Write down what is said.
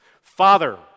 Father